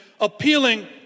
appealing